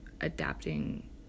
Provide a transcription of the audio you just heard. adapting